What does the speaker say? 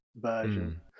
version